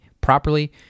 properly